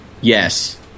Yes